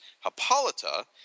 Hippolyta